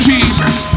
Jesus